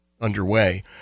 underway